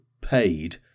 paid